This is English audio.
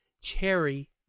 Cherry